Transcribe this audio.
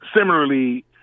similarly